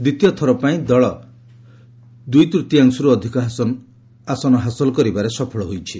ଦ୍ୱିତୀୟଥର ପାଇଁ ଦଳ ଦୁଇତୃତୀୟାଂଶରୁ ଅଧିକ ଆସନ ହାସଲ କରିବାରେ ସଫଳ ହୋଇଛି